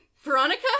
Veronica